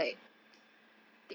mm